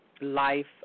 life